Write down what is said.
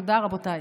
תודה, רבותיי.